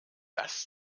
das